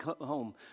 home